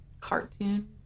cartoon